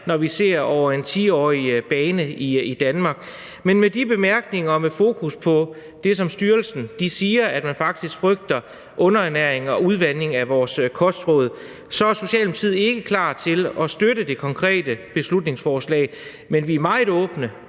ser på det over en 10-årig periode i Danmark. Men med de bemærkninger og med fokus på det, som styrelsen siger om, at man faktisk frygter underernæring og udvanding af vores kostråd, så er Socialdemokratiet ikke klar til at støtte det konkrete beslutningsforslag. Men vi er meget åbne